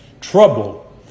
trouble